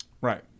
right